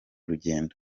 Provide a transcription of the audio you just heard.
rugendo